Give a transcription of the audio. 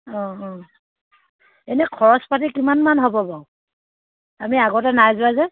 অঁ অঁ এনেই খৰচ পাতি কিমানমান হ'ব বাৰু আমি আগতে নাই যোৱা যে